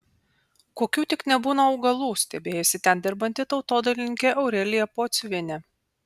kokių tik nebūna augalų stebėjosi ten dirbanti tautodailininkė aurelija pociuvienė